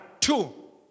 Two